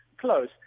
close